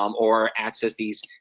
um or access these,